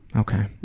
okay.